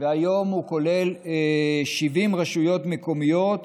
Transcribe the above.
והיום הוא כולל 70 רשויות מקומיות,